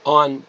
on